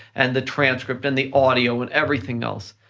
and the transcript and the audio and everything else,